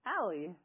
Allie